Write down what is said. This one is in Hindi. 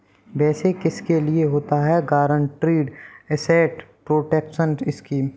वैसे किसके लिए होता है गारंटीड एसेट प्रोटेक्शन स्कीम?